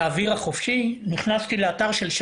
לא הצלחתי להגיע לדלת,